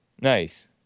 Nice